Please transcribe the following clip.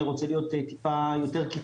אני רוצה להיות טיפה יותר קיצוני.